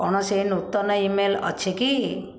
କୌଣସି ନୂତନ ଇମେଲ୍ ଅଛି କି